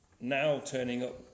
now-turning-up